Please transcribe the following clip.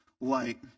light